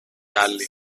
άλλη